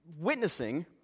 witnessing